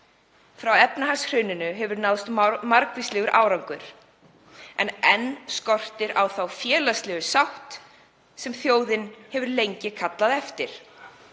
Frá efnahagshruninu hefur náðst margvíslegur árangur en enn skortir á þá félagslegu sátt sem þjóðin hefur lengi kallað eftir.